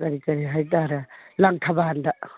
ꯀꯔꯤ ꯀꯔꯤ ꯍꯥꯏ ꯇꯥꯔꯦ ꯂꯪꯊꯕꯥꯜꯗ